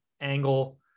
angle